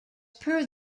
per